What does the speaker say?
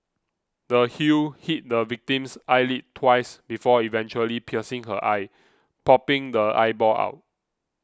the heel hit the victim's eyelid twice before eventually piercing her eye popping the eyeball out